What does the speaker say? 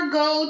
go